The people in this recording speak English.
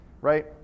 Right